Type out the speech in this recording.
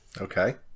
okay